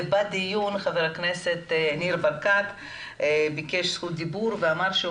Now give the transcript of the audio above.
ובדיון חבר הכנסת ניר ברקת ביקש זכות דיבור ואמר שהוא